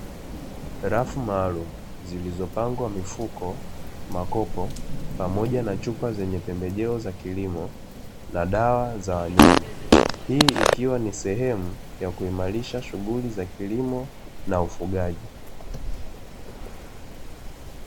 Rafu maalumu zilizopangwa mifuko, makopo pamoja na chupa zenye pembejeo za kilimo na dawa za wanyama. Hii ikiwa ni sehemu ya kuimarisha shughuli za kilimo na ufugaji.